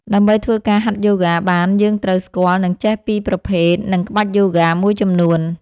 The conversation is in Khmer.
ដើម្បីធ្វើការហាត់យូហ្គាបានយើងត្រូវស្គាល់ និងចេះពីប្រភេទ និងក្បាច់យូហ្គាមួយចំនួន។